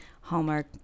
Hallmark